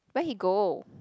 where he go